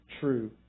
true